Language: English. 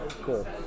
Cool